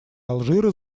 алжира